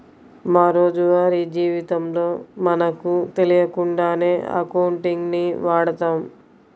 మా రోజువారీ జీవితంలో మనకు తెలియకుండానే అకౌంటింగ్ ని వాడతాం